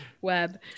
Web